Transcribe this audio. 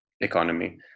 economy